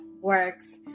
works